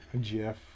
Jeff